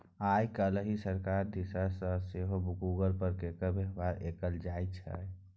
आय काल्हि सरकार दिस सँ सेहो गूगल पे केर बेबहार कएल जाइत छै